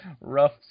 rough